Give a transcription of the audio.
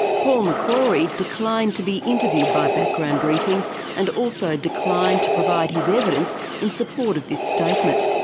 paul mccrory declined to be interviewed by background briefing and also declined to provide his evidence in support of this statement.